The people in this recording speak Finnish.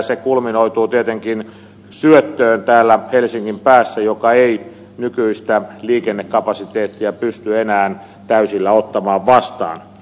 se kulminoituu tietenkin syöttöön täällä helsingin päässä joka ei nykyistä liikennekapasiteettia pysty enää täysillä ottamaan vastaan